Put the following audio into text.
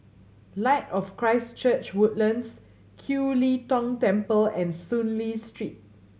Light of Christ Church Woodlands Kiew Lee Tong Temple and Soon Lee Street